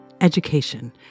education